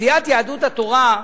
סיעת יהדות התורה,